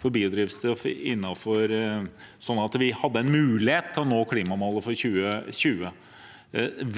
for biodrivstoff, sånn at vi hadde en mulighet til å nå klimamålet for 2020. Det var